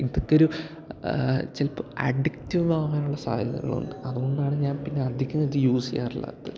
ഇതൊക്കെയൊരു ചിലപ്പോൾ അഡിക്റ്റീവ് ആകാനുള്ള സാധ്യതകളുണ്ട് അതു കൊണ്ടാണ് ഞാൻ പിന്നെ അധികം ഇത് യൂസ് ചെയ്യാറില്ലാത്തത്